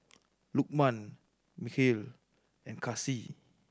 Lukman Mikhail and Kasih